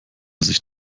sich